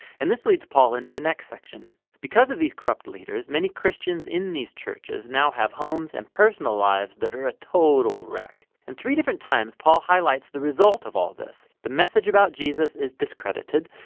and this leads paul into the next section. because of these corrupt leaders, many christians in these churches now have homes and personal lives that are a total wreck in and three different times, paul highlights the result of all this the message about jesus is discredited.